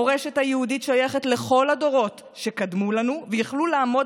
המורשת היהודית שייכת לכל הדורות שקדמו לנו ויכלו לעמוד